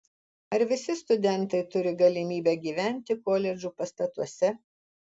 ar visi studentai turi galimybę gyventi koledžų pastatuose